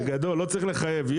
בגדול, לא צריך לחייב.